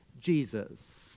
Jesus